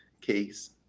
case